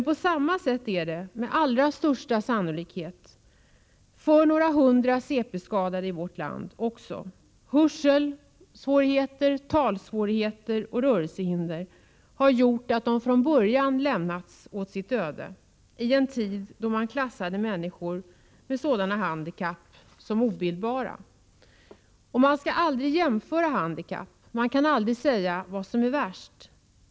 På samma sätt är det — med allra största sannolikhet — för några hundra cp-skadade i vårt land. Hörseloch talsvårigheter och rörelsehinder gjorde att de från början, i en tid då man klassade människor med sådana handikapp som obildbara, lämnades åt sitt öde. Man skall aldrig jämföra handikapp. Man kan aldrig säga vad som är värst.